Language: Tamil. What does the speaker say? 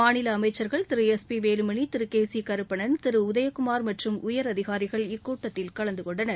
மாநில அமைச்ச்கள் Thiru S P Velumani Thiru K C Karuppannan Thiru R B Udhayakumar மற்றும் உயரதிகாரிகள் இக்கூட்டத்தில் கலந்து கொண்டனர்